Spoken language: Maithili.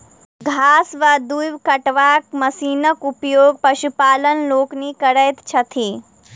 घास वा दूइब कटबाक मशीनक उपयोग पशुपालक लोकनि करैत छथि